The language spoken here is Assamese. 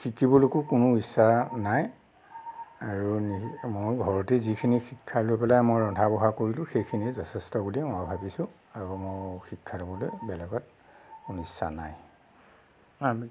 শিকিবলৈকো কোনো ইচ্ছা নাই আৰু নি মোৰ ঘৰতেই যিখিনি শিক্ষা লৈ পেলাই মই ৰন্ধা বঢ়া কৰিলোঁ সেইখিনিয়ে যথেষ্ট বুলি মই ভাবিছোঁ আৰু মোৰ শিক্ষা ল'বলৈ বেলেগত মোৰ ইচ্ছা নাই আমি